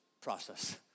process